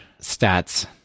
stats